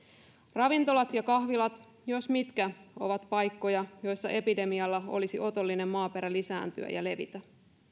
ravintolat ja kahvilat jos mitkä ovat paikkoja joissa epidemialla olisi otollinen maaperä lisääntyä ja levitä